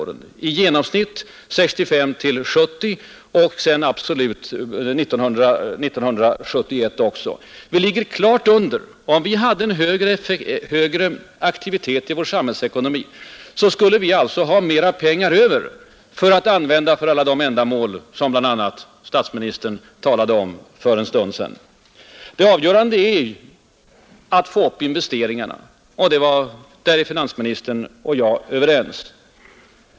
Detta gäller i genomsnitt under åren 1965 — 1970 och under 1971. Vi ligger klart under flertalet andra. Om vi hade en högre aktivitet i vår samhällsekonomi skulle vi alltså ha mer pengar över för att använda för alla de ändamål som bl.a. statsministern talade om för en stund sedan. Det avgörande är alltså att driva upp investeringarna — där är finansministern och jag överens.